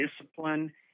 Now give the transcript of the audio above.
discipline